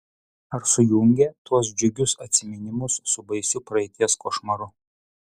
ar sujungė tuos džiugius atsiminimus su baisiu praeities košmaru